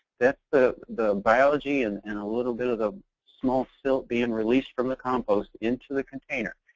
that's the the biology and and a little bit of the small silt being released from the compost into the container.